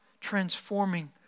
transforming